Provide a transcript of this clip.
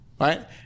right